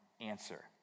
answer